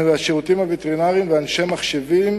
השו"ט ואנשי מחשבים,